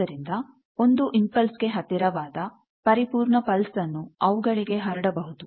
ಆದ್ದರಿಂದ ಒಂದು ಇಂಪಲ್ಸ್ ಗೆ ಹತ್ತಿರವಾದ ಪರಿಪೂರ್ಣ ಪಲ್ಸ್ಅನ್ನು ಅವುಗಳಿಗೆ ಹರಡಬಹುದು